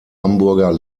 hamburger